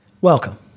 Welcome